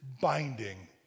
binding